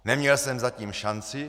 Neměl jsem zatím šanci.